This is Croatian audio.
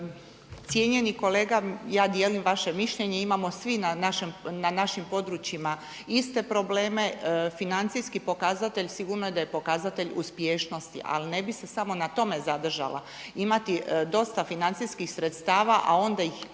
Cijenjeni kolega ja dijelim vaše mišljenje, imamo svi na našim područjima iste probleme, financijski pokazatelj sigurno da je pokazatelj uspješnosti ali ne bih se samo na tome zadržala. Imati dosta financijskih sredstava a onda ih ne